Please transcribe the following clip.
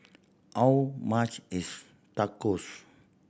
how much is Tacos